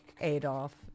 Adolf